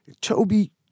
Toby